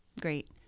great